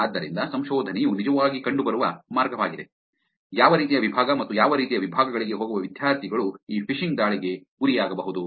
ಆದ್ದರಿಂದ ಸಂಶೋಧನೆಯು ನಿಜವಾಗಿ ಕಂಡುಬರುವ ಮಾರ್ಗವಾಗಿದೆ ಯಾವ ರೀತಿಯ ವಿಭಾಗ ಮತ್ತು ಯಾವ ರೀತಿಯ ವಿಭಾಗಗಳಿಗೆ ಹೋಗುವ ವಿದ್ಯಾರ್ಥಿಗಳು ಈ ಫಿಶಿಂಗ್ ದಾಳಿಗೆ ಗುರಿಯಾಗಬಹುದು